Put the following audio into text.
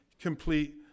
complete